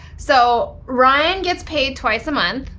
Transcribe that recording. so ryen gets paid twice a month,